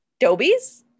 Dobies